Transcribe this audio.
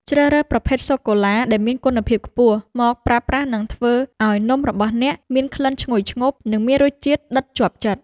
ជ្រើសរើសប្រភេទសូកូឡាដែលមានគុណភាពខ្ពស់មកប្រើប្រាស់នឹងធ្វើឱ្យនំរបស់អ្នកមានក្លិនឈ្ងុយឈ្ងប់ និងមានរសជាតិដិតជាប់ចិត្ត។